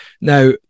now